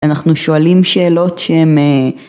‫אנחנו שואלים שאלות שהם..